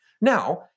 Now